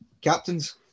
captains